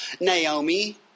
Naomi